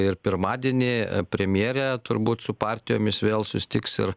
ir pirmadienį premjerė turbūt su partijomis vėl susitiks ir